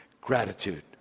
Gratitude